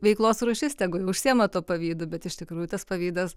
veiklos rūšis tegu jie užsiima tuo pavydu bet iš tikrųjų tas pavydas